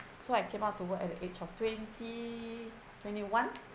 so I came out to work at the age of twenty twenty one